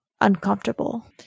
uncomfortable